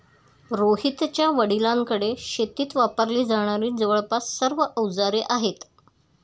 रोहितच्या वडिलांकडे शेतीत वापरली जाणारी जवळपास सर्व अवजारे आहेत